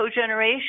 cogeneration